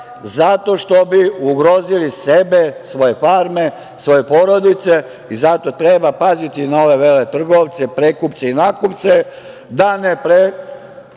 zato što bi ugrozili sebe, svoje farme, svoje porodice i zato treba paziti na ove veletrgovce, prekupce i nakupce da ne prepakuju